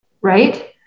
right